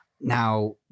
Now